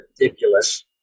ridiculous